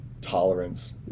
Tolerance